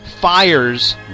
fires